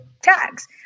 tags